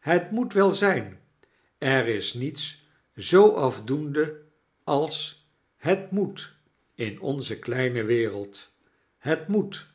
het moet wel zyn er is niets zoo afdoende als het moet in onze kleine wereld het moet